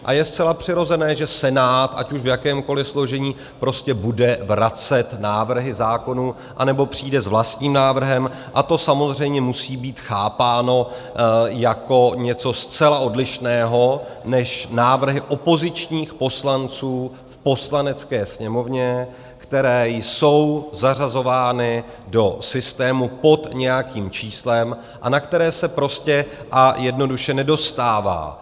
A je zcela přirozené, že Senát, ať už v jakémkoliv složení, bude vracet návrhy zákonů, anebo přijde s vlastním návrhem, a to samozřejmě musí být chápáno jako něco zcela odlišného než návrhy opozičních poslanců v Poslanecké sněmovně, které jsou zařazovány do systému pod nějakým číslem a na které se prostě a jednoduše nedostává.